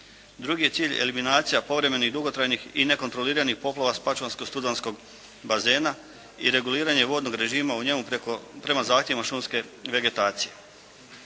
Drugi je cilj eliminacija povremenih dugotrajnih i nekontroliranih poplava s pašmanskog studenskog bazena i reguliranje vodnog režima u njemu prema zahtjevima šumske vegetacije.